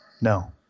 No